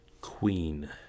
queen